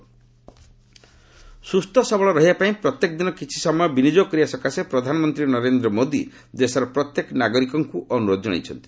PM ଯୋଗ ସୁସ୍ଥସବଳ ରହିବା ପାଇଁ ପ୍ରତ୍ୟେକ ଦିନ କିଛିସମୟ ବିନିଯୋଗ କରିବା ସକାଶେ ପ୍ରଧାନମନ୍ତ୍ରୀ ନରେନ୍ଦ୍ର ମୋଦି ଦେଶର ପ୍ରତ୍ୟେକ ନାଗରିକଙ୍କୁ ଅନୁରୋଧ କରିଛନ୍ତି